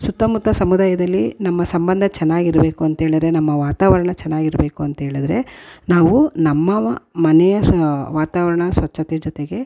ಸುತ್ತಮುತ್ತ ಸಮುದಾಯದಲ್ಲಿ ನಮ್ಮ ಸಂಬಂಧ ಚೆನ್ನಾಗಿರ್ಬೇಕು ಅಂತ್ಹೇಳದ್ರೆ ನಮ್ಮ ವಾತಾವರಣ ಚೆನ್ನಾಗಿರ್ಬೇಕು ಅಂತ್ಹೇಳಿದ್ರೆ ನಾವು ನಮ್ಮ ಮನೆಯ ಸ ವಾತಾವರಣ ಸ್ವಚ್ಛತೆ ಜೊತೆಗೆ